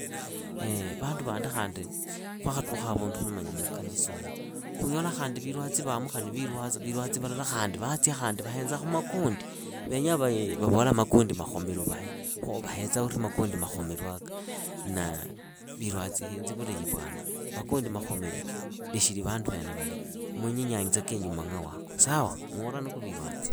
vandu vandi khandi khwakhatukha avundu khuli manya muukanisaumu, unyola khandi virwatsi vamu khali niviilwatsa virwatsi valala vatsia khandi vahenzakhu makondi. vavola makondi makhomeru uvahe, khu uvahetsa ore makondi makhomeruaka. virwatsi henzi vulahi vwana, makondi makhomeru lekheli vandu vene vali, munye nyanyitsa kenyu mang'ahuako sawa, muhuraa niku virwatsi.